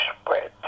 spread